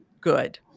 good